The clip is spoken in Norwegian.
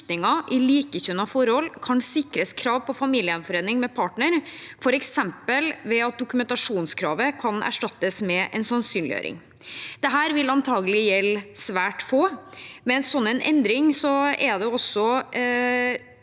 i likekjønnede forhold kan sikres krav på familiegjenforening med partner, f.eks. ved at dokumentasjonskravet kan erstattes med en sannsynliggjøring. Dette vil antakelig gjelde svært få, men med en slik endring vil også